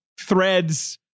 threads